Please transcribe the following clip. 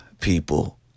people